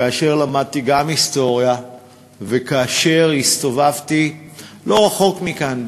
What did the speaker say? כאשר למדתי היסטוריה וכאשר הסתובבתי לא רחוק מכאן,